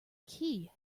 key